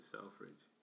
Selfridge